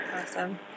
Awesome